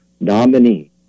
nominee